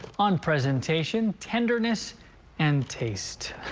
on presentation tenderness and taste.